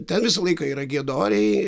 o ten visą laiką yra giedoriai